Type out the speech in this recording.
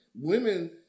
Women